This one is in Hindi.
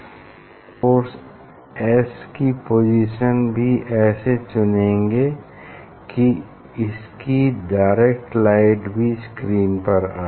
ऐसे लगेगा कि रेफ्लेक्टेड लाइट एस वन से आ रही है और सोर्स एस की पोजीशन भी ऐसे चुनेंगे की इसकी डायरेक्ट लाइट भी स्क्रीन पर आए